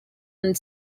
and